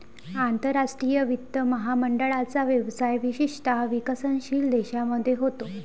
आंतरराष्ट्रीय वित्त महामंडळाचा व्यवसाय विशेषतः विकसनशील देशांमध्ये होतो